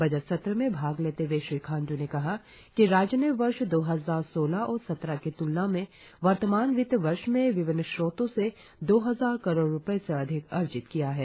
budget सत्र में भाग लेते हए श्री खांड्र ने कहा कि राज्य ने वर्ष दो हजार सोलह सत्रह की त्लना में वर्तमान वित्त वर्ष में विभिन्न स्रोतो से दो हजार करोड़ रुपए से अधिक अर्जित किया है